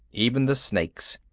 even the snakes.